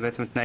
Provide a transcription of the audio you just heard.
ותקנה